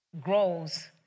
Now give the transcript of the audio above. grows